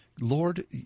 Lord